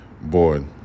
Board